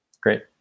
Great